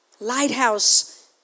Lighthouse